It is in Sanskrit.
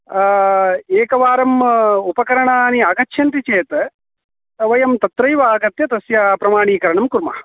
एकवारं उपकरणानि आगच्छन्ति चेत् वयं तत्रैव आगत्य तस्य प्रमाणीकरणं कुर्मः